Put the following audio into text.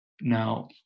now